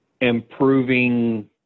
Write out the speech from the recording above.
improving